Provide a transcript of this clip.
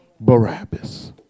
Barabbas